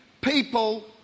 people